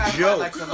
joke